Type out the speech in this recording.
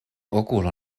okulo